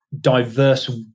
diverse